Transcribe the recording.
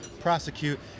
prosecute